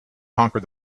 conquer